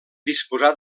disposar